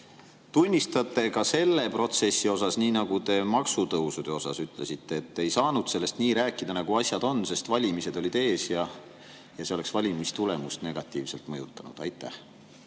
tunnistate ka selle protsessi puhul, nagu te maksutõusude puhul ütlesite, et ei saanud rääkida nii, nagu asjad on, sest valimised olid ees ja see oleks valimistulemust negatiivselt mõjutanud? Aitäh,